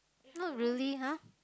not really !huh!